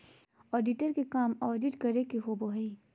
auditor के काम audit करे के होबो हइ